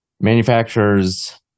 manufacturers